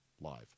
live